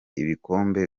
ibikombe